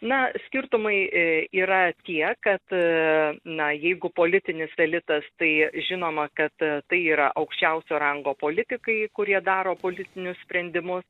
na skirtumai yra tie kad na jeigu politinis elitas tai žinoma kad tai yra aukščiausio rango politikai kurie daro politinius sprendimus